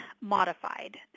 modified